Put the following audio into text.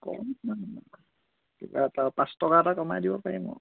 কম কিমান দিম কিবা এটা পাঁচ টকা এটা কমাই দিব পাৰিম আৰু